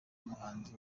muhanzi